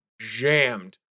jammed